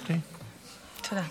תודה.